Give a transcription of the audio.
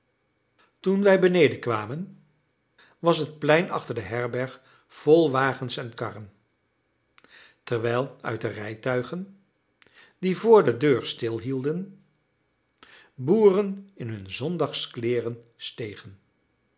toen wij beneden kwamen was het plein achter de herberg vol wagens en karren terwijl uit de rijtuigen die voor de deur stilhielden boeren in hun zondagskleeren stegen